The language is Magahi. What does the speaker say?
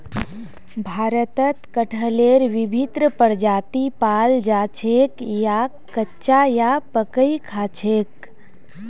भारतत कटहलेर विभिन्न प्रजाति पाल जा छेक याक कच्चा या पकइ खा छेक